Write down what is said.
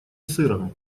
сыром